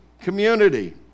community